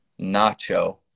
Nacho